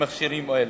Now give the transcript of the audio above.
למכשירים האלו,